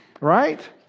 right